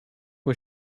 was